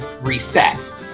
reset